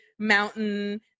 mountain